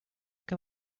can